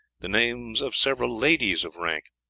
the names of several ladies of rank.